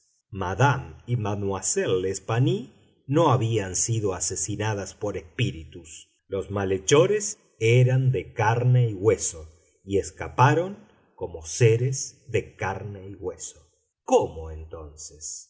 mademoiselle l'espanaye no habían sido asesinadas por espíritus los malhechores eran de carne y hueso y escaparon como seres de carne y hueso cómo entonces